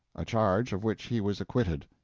a charge of which he was acquitted.